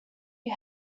you